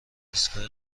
ایستگاه